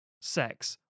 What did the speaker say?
sex